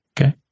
okay